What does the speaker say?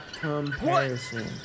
comparison